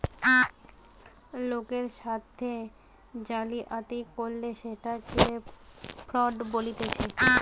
লোকের সাথে জালিয়াতি করলে সেটকে ফ্রড বলতিছে